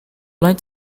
like